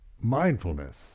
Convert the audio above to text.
mindfulness